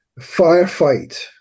firefight